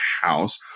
house